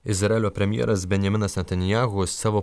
izraelio premjeras benjaminas netanyahu savo